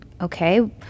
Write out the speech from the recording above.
okay